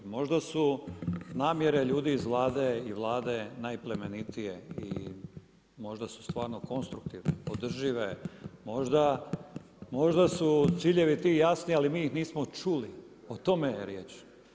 Možda su namjere ljudi iz Vlade i Vlade najplemenitije i možda su stvarno konstruktivne, održive, možda su ciljevi ti jasni ali ih mi nismo čuli, o tome je riječ.